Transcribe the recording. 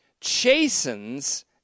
chastens